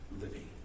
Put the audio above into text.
living